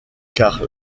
car